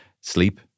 sleep